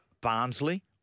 Barnsley